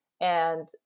And-